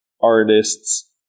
artists